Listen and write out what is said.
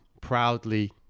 proudly